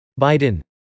Biden